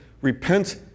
Repent